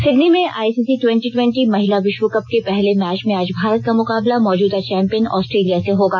Sydney में ICC twenty twenty महिला विश्व कप के पहले मैच में आज भारत का मुकाबला मौजूदा चैम्पियन आस्ट्रेलिया से होगा